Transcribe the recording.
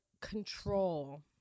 control